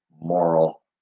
moral